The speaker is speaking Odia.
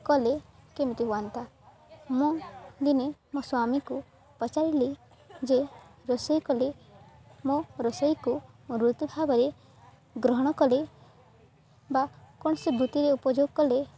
କଲେ କେମିତି ହୁଅନ୍ତା ମୁଁ ଦିନେ ମୋ ସ୍ୱାମୀକୁ ପଚାରିଲି ଯେ ରୋଷେଇ କଲେ ମୋ ରୋଷେଇକୁ ବୃତ୍ତି ଭାବରେ ଗ୍ରହଣ କଲେ ବା କୌଣସି ବୃତ୍ତିରେ ଉପଯୋଗ କଲେ